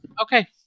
Okay